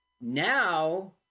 now